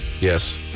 Yes